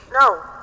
No